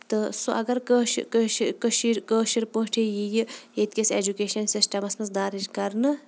تہٕ سُہ اَگر کٲشِر کٲشِر پٲٹھۍ یہِ یہِ ییٚتہِ کِس ایجوٗکیشن سِسٹمَس منٛز درٕج کرنہٕ